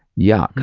yeah,